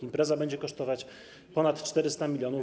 Impreza będzie kosztować ponad 400 mln zł.